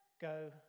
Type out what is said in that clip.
go